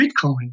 Bitcoin